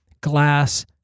glass